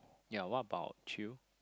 ya what about you